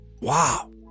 Wow